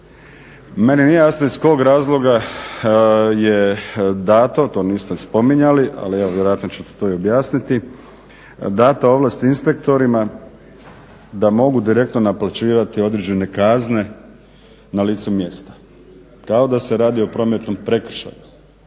Meni nije jasno iz kog razloga je dato, to niste spominjali ali evo vjerojatno ćete to i objasniti data ovlast inspektorima da mogu direktno naplaćivati određene kazne na licu mjesta. Kao da se radi o prometnom prekršaju,